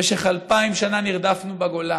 במשך אלפיים שנה נרדפנו בגולה.